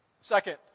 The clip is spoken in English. Second